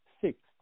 six